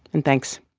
and thanks